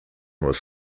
was